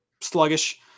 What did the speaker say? sluggish